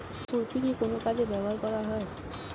খুরপি কি কোন কাজে ব্যবহার করা হয়?